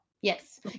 Yes